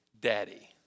daddy